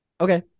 okay